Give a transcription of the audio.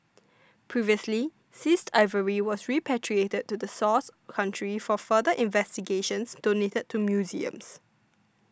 previously seized ivory was repatriated to the source country for further investigations donated to museums